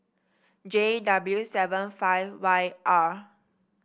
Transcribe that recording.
J W seven five Y R